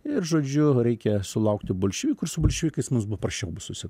ir žodžiu reikia sulaukti bolševikų ir su bolševikais mums paprašiau bus susi